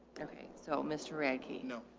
okay. so mister radke? no,